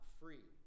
free